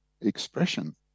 expression